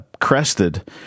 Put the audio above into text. crested